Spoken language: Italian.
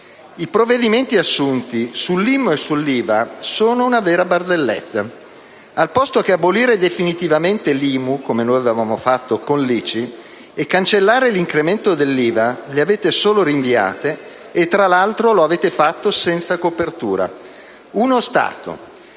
I provvedimenti assunti sull'IMU e sull'IVA sono una vera barzelletta. Piuttosto che abolire definitivamente l'IMU, come noi avevamo fatto con l'ICI, e cancellare l'incremento dell'IVA, le avete solo rinviate, e tra l'altro l'avete fatto senza copertura. Uno Stato